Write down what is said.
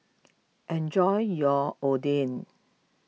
enjoy your Oden